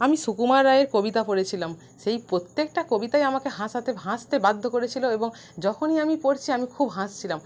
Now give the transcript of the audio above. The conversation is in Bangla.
আমি সুকুমার রায়ের কবিতা পড়েছিলাম সেই প্রত্যেকটা কবিতাই আমাকে হাসাতে হাসতে বাধ্য করেছিল এবং যখনই আমি পড়ছি আমি খুব হাসছিলাম